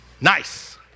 Nice